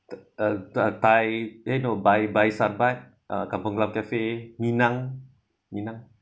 the uh thai eh no bhai bhai sarbat uh kampong glam cafe minang minang